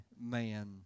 man